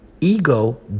ego